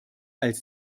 als